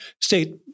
state